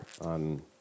on